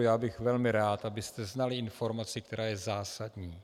Já bych velmi rád, abyste znali informaci, která je zásadní.